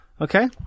Okay